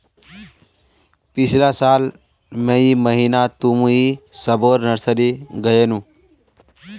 पिछला साल मई महीनातमुई सबोर नर्सरी गायेनू